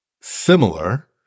similar